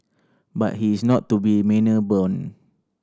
but he is not to be manor born